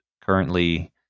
currently